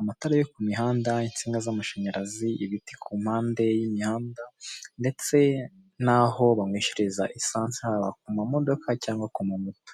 amatara yo ku mihanda, insinga z'amashanyarazi, ibiti ku mpande y'imihanda, ndetse n'aho banyweshereza esansi haba ku mamodoka cyangwa ku ma moto.